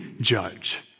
judge